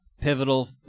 pivotal